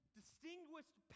distinguished